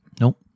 Nope